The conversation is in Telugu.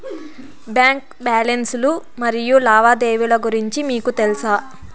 బ్యాంకు బ్యాలెన్స్ లు మరియు లావాదేవీలు గురించి మీకు తెల్సా?